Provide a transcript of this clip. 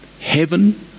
heaven